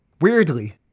Weirdly